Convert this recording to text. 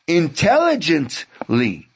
intelligently